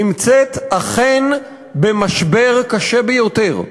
נמצאת אכן במשבר קשה ביותר.